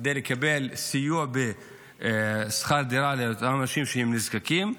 כדי לקבל סיוע בשכר דירה לאותם אנשים שהם נזקקים,